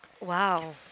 Wow